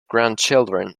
grandchildren